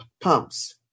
pumps